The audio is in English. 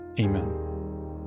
Amen